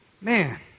man